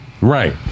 Right